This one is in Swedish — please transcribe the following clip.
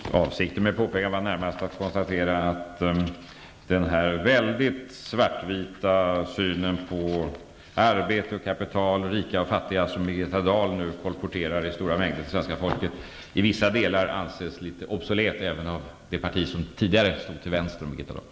Fru talman! Avsikten med påpekandet var närmast att konstatera att den svart-vita syn på arbete och kapital och på rika och fattiga som Birgitta Dahl nu kolporterar ut i stora mängder till svenska folket anses i vissa delar litet obsolet även inom det parti som tidigare stod till vänster om Birgitta Dahl.